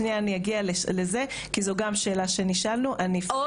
שנייה אני אגיע לזה כי זאת גם שאלה שנשאלנו --- או